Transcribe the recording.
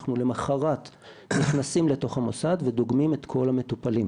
אנחנו למוחרת נכנסים לתוך המוסד ודוגמים את כל המטופלים.